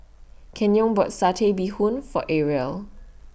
Kenyon bought Satay Bee Hoon For Aria